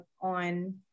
on